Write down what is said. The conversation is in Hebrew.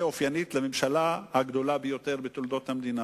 אופיינית לממשלה הגדולה ביותר בתולדות המדינה: